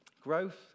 Growth